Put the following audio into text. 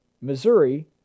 Missouri